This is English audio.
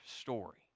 story